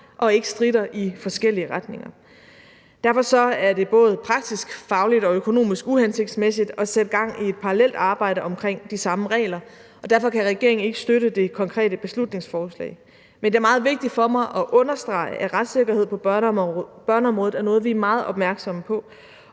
og ikke stritter i forskellige retninger. Derfor er det både praktisk, fagligt og økonomisk uhensigtsmæssigt at sætte gang i et parallelt arbejde omkring de samme regler, og derfor kan regeringen ikke støtte det konkrete beslutningsforslag. Men det er meget vigtigt for mig at understrege, at retssikkerhed på børneområdet er noget, vi er meget opmærksomme på,